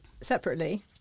separately